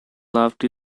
loved